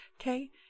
Okay